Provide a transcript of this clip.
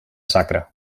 sacre